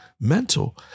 mental